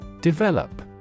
Develop